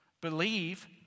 Believe